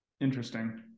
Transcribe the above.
interesting